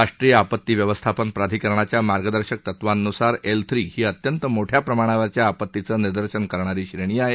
राष्ट्रीय आपती व्यवस्थापन प्रधिकरणाच्या मार्गदर्शक तत्वांन्सार एल थ्री ही अत्यंत मोठया प्रमाणावरच्या आपतीचं निदर्शन करणारी श्रेणी आहे